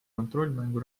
kontrollmängu